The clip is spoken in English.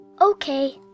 okay